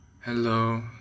Hello